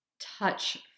touch